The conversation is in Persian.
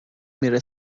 میره